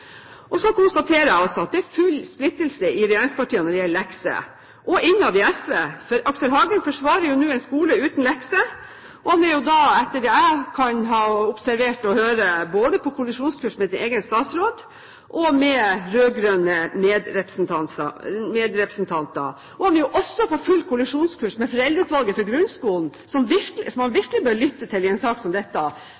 Så konstaterer jeg at det er full splittelse i regjeringspartiene og innad i SV når det gjelder lekser. Aksel Hagen forsvarer nå en skole uten lekser, og han er da etter det jeg har observert og hører, på kollisjonskurs både med sin egen statsråd og med rød-grønne medrepresentanter. Han er også på full kollisjonskurs med Foreldreutvalget for grunnskolen, som man virkelig bør lytte til i en sak som